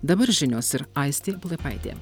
dabar žinios ir aistė plaipaitė